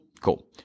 cool